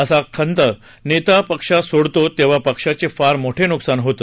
असा खंदा नेता पक्ष सोडतो तेव्हा पक्षाचे फार मोठे नुकसान होते